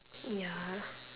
ya